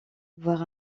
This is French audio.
voir